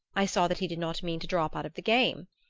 i saw that he did not mean to drop out of the game.